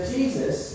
Jesus